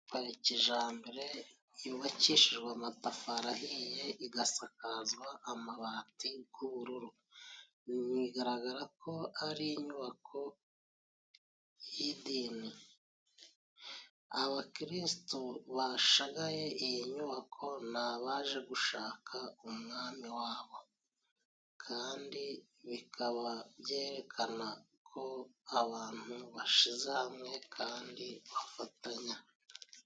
Gari kijambere yubakishijwe amatafari ahiye, igasakazwa amabati g'ubururu, bigaragara ko ari inyubako y'idini. Abakirisitu bashagaye iyi nyubako ni abaje gushaka umwami wabo, kandi bikaba byerekana ko abantu bashize hamwe kandi bafatanya.